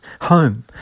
home